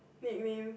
nickname